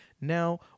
Now